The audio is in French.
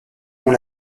ont